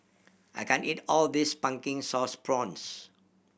I can't eat all of this Pumpkin Sauce Prawns